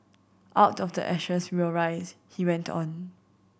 out of the ashes will rise he went on